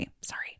Sorry